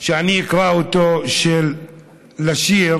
של השיר